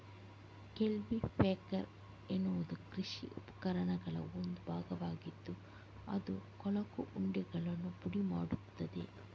culti packer ಎನ್ನುವುದು ಕೃಷಿ ಉಪಕರಣಗಳ ಒಂದು ಭಾಗವಾಗಿದ್ದು ಅದು ಕೊಳಕು ಉಂಡೆಗಳನ್ನು ಪುಡಿ ಮಾಡುತ್ತದೆ